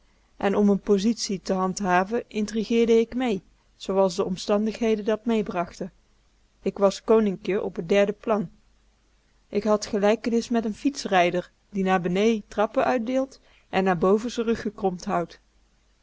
en om m'n positie te handhaven intrigeerde ik mee zooals de omstandigheden dat meebrachten ik was koninkje op t derde plan ik had gelijkenis met n fietsrijder die naar benee trappen uitdeelt en naar boven z'n rug ge houdt